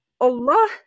Allah